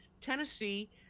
Tennessee